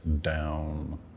down